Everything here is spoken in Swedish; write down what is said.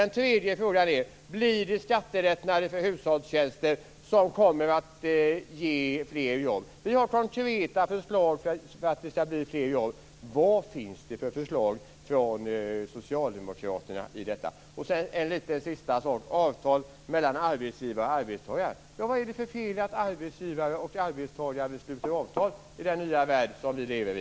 Den tredje frågan är: Blir det skattelättnader för hushållstjänster som kommer att ge fler jobb? Vi har konkreta förslag för att det ska bli fler jobb. Vad finns det för förslag från Socialdemokraterna? En sista sak som gäller avtal mellan arbetsgivare och arbetstagare: Vad är det för fel i att arbetsgivare och arbetstagare sluter avtal i den nya värld som vi lever i?